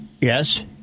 Yes